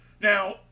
Now